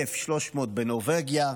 1,300 בנורבגיה,